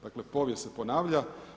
Dakle, povijest se ponavlja.